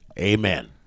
amen